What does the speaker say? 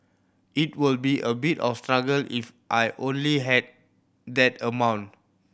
it will be a bit of a struggle if I only have that amount